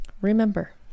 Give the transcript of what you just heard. Remember